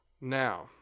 Now